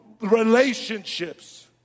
relationships